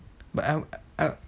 but I'll want